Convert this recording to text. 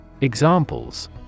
Examples